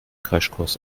crashkurs